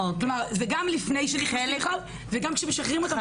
כלומר, זה גם לפני, וגם כשמשחררים אותם.